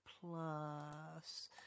plus